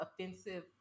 offensive